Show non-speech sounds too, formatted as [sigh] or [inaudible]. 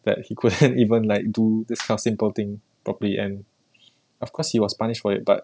that he couldn't [laughs] even like do this kind of simple thing properly and of course he was punished for it but